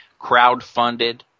crowdfunded